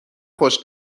خوش